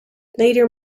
later